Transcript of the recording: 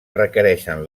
requereixen